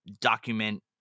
document